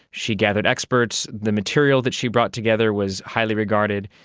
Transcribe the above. she gathered experts. the material that she brought together was highly regarded.